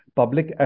public